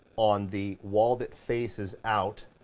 on the wall that faces out,